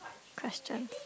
question